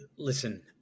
Listen